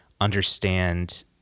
understand